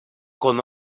con